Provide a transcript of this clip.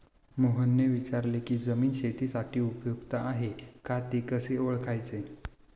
मोहनने विचारले की जमीन शेतीसाठी उपयुक्त आहे का ते कसे ओळखायचे?